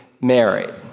married